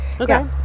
Okay